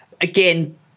again